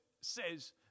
says